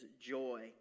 joy